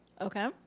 Okay